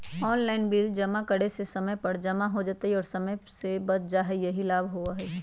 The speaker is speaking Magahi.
ऑनलाइन बिल जमा करे से समय पर जमा हो जतई और समय भी बच जाहई यही लाभ होहई?